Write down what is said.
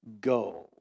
go